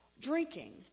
Drinking